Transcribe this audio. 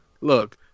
look